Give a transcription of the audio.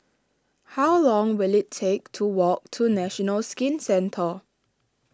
how long will it take to walk to National Skin Centre